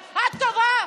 את טובה,